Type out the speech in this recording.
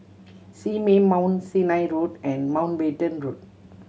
Simei Mount Sinai Road and Mountbatten Road